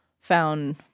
found